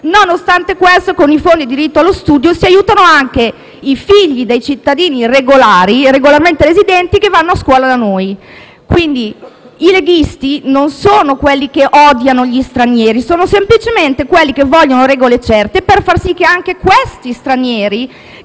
Nonostante questo, con i fondi per il diritto allo studio si aiutano anche i figli dei cittadini regolari, regolarmente residenti che vanno a scuola da noi. Quindi, i leghisti non sono quelli che odiano gli stranieri: sono semplicemente quelli che vogliono regole certe per far sì che anche gli stranieri